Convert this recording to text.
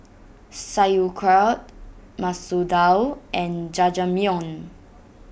Sauerkraut Masoor Dal and Jajangmyeon